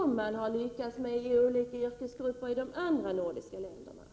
Det har man lyckats med inom olika yrkesgrupper i de andra nordiska länderna.